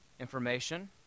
Information